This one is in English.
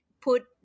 put